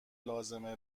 لازمه